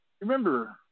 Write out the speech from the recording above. remember